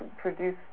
produce